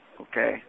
Okay